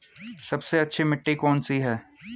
सबसे अच्छी मिट्टी कौन सी है?